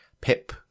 Pip